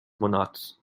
monats